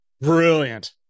Brilliant